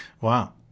Wow